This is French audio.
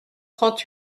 trente